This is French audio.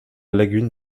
lagune